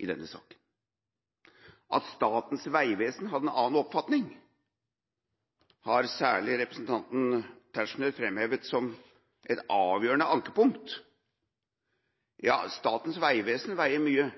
i denne saken. At Statens vegvesen hadde en annen oppfatning, har særlig representanten Tetzschner framhevet som et avgjørende ankepunkt. Ja, Statens vegvesen veier